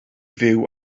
fyw